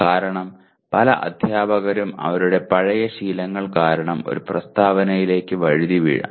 കാരണം പല അധ്യാപകരും അവരുടെ പഴയ ശീലങ്ങൾ കാരണം ഒരു പ്രസ്താവനയിലേക്ക് വഴുതിവീഴാം